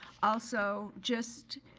also, just,